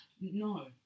No